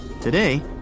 Today